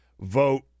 vote